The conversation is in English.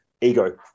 ego